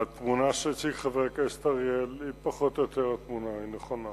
התמונה שהציג חבר הכנסת אריאל היא פחות או יותר התמונה הנכונה,